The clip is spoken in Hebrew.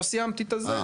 לא סיימתי את הזה.